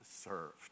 served